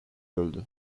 öldü